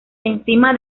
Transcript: encima